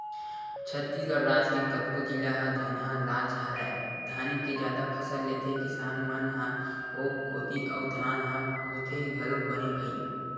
छत्तीसगढ़ राज के कतको जिला ह धनहा राज हरय धाने के जादा फसल लेथे किसान मन ह ओ कोती अउ धान ह होथे घलोक बने भई